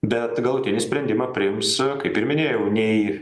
bet galutinį sprendimą priims kaip ir minėjau nei